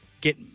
get